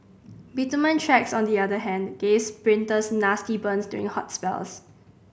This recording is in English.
bitumen tracks on the other hand gave sprinters nasty burns during hot spells